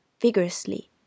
vigorously